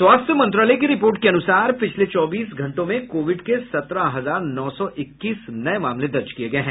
स्वास्थ्य मंत्रालय की रिपोर्ट के अनुसार पिछले चौबीस घंटों में कोविड के सत्रह हजार नौ सौ इक्कीस नये मामले दर्ज किये गये हैं